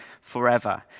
forever